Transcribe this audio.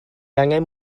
angen